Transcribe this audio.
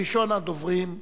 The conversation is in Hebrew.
ראשון הדוברים,